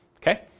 Okay